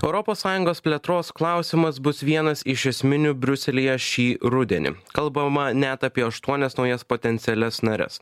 europos sąjungos plėtros klausimas bus vienas iš esminių briuselyje šį rudenį kalbama net apie aštuonias naujas potencialias nares